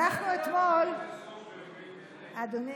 אנחנו אתמול, אדוני,